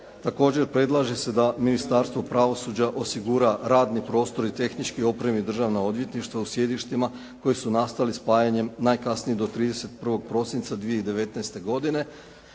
Također predlaže se da Ministarstvo pravosuđa osigura radni prostor i tehnički opremi državna odvjetništva u sjedištima koji su nastali spajanjem najkasnije do 31. prosinca 2019. godine.